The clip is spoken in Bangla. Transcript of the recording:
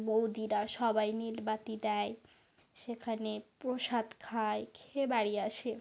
বৌদিরা সবাই নীল বাতি দেয় সেখানে পোসাদ খায় খেয়ে বাড়ি আসে